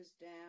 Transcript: down